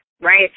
right